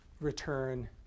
return